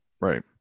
Right